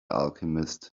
alchemist